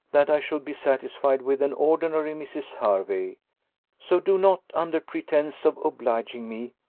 that i should be satisfied with an ordinary mrs. hervey so do not, under pretence of obliging me,